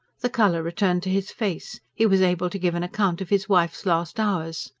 the colour returned to his face, he was able to give an account of his wife's last hours.